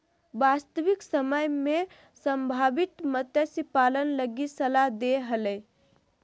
वास्तविक समय में संभावित मत्स्य पालन लगी सलाह दे हले